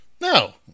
No